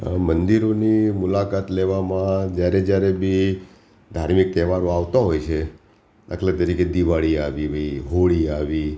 મંદિરોની મુલાકાત લેવામાં જ્યારે જ્યારે બી ધાર્મિક તહેવારો આવતા હોય છે દાખલા તરીકે દિવાળી આવી ગઈ હોળી આવી